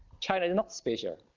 china not special.